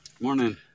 morning